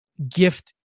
gift